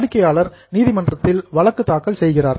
வாடிக்கையாளர் நீதிமன்றத்தில் வழக்கு தாக்கல் செய்கிறார்